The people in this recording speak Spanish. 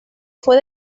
fue